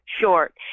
short